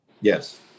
Yes